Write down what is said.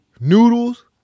noodles